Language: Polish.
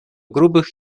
grubych